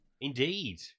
Indeed